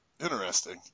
Interesting